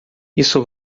isso